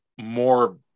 more